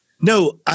No